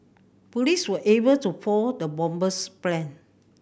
police were able to foil the bomber's plan